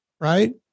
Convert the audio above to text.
right